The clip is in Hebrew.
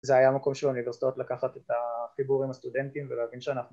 זה היה המקום של האוניברסיטאות לקחת את הציבור עם הסטודנטים ולהבין שאנחנו